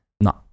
No